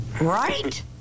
Right